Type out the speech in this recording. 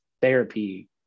therapy